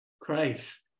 Christ